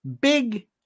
big